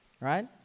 Right